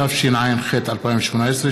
התשע"ח 2018,